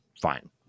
Fine